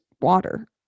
water